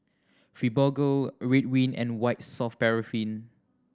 Fibogel Ridwind and White Soft Paraffin